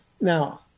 Now